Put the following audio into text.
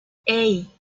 hey